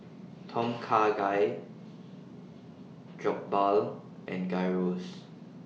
Tom Kha Gai Jokbal and Gyros